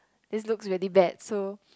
this looks really bad so